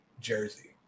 Jersey